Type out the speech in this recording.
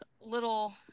little